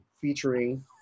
featuring